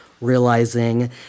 realizing